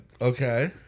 Okay